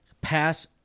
pass